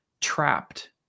trapped